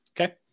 Okay